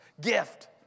gift